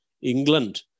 England